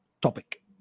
topic